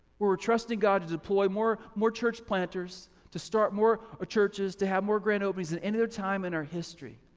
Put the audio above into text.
where we're trusting god to deploy more more church planters, to start more ah churches, to have more grand openings than any other time in our history.